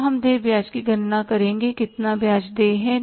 अब हम देय ब्याज की गणना करेंगे कितना ब्याज देय है